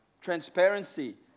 Transparency